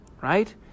right